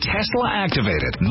Tesla-activated